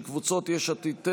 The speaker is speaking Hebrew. של קבוצות יש עתיד-תל"ם,